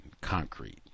concrete